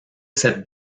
cette